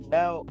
Now